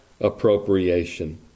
appropriation